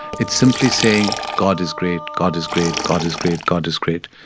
it's simply saying, god is great. god is great. god is great. god is great.